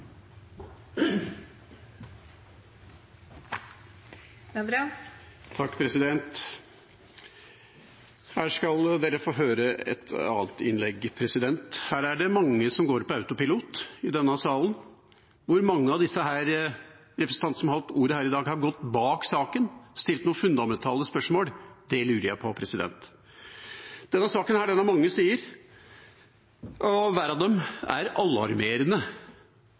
er mange som går på autopilot i denne salen. Hvor mange av representantene som har hatt ordet i dag, har gått bak saken og stilt noen fundamentale spørsmål? Det lurer jeg på. Denne saken har mange sider, og hver av dem er alarmerende.